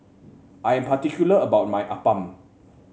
I am particular about my appam